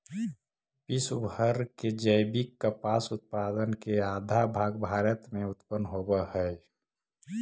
विश्व भर के जैविक कपास उत्पाद के आधा भाग भारत में उत्पन होवऽ हई